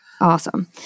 Awesome